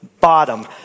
bottom